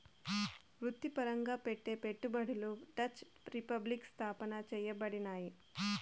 వృత్తిపరంగా పెట్టే పెట్టుబడులు డచ్ రిపబ్లిక్ స్థాపన చేయబడినాయి